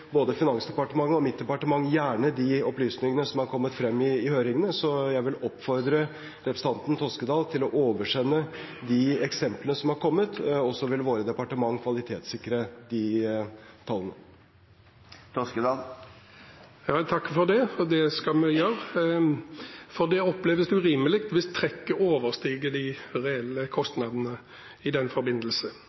høringene. Jeg vil oppfordre representanten Toskedal til å oversende de eksemplene som har kommet, og så vil våre departementer kvalitetssikre tallene. Jeg takker for det, og det skal vi gjøre, for det oppleves urimelig hvis trekket overstiger de reelle kostnadene i den forbindelse.